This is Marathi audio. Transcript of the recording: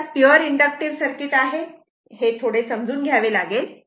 नंतर पिवर इन्डक्टिव्ह सर्किट आहे हे थोडे समजून घ्यावे लागेल